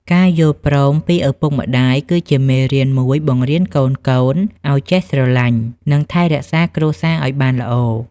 ការយល់ព្រមពីឪពុកម្ដាយគឺជាមេរៀនមួយបង្រៀនកូនៗឱ្យចេះស្រឡាញ់ និងថែរក្សាគ្រួសារឱ្យបានល្អ។